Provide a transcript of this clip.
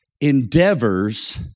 endeavors